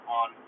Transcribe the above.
on